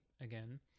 again